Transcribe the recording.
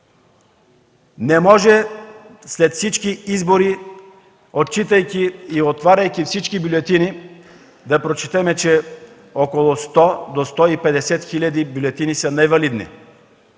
не може след всички избори, отчитайки и отваряйки всички бюлетини да прочетем, че около 100-150 хиляди бюлетини са невалидни.